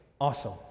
awesome